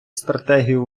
стратегію